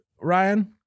Ryan